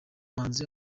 muhanzi